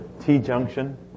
T-junction